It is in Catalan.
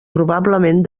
probablement